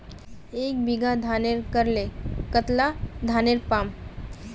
एक बीघा धानेर करले कतला धानेर पाम?